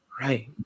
Right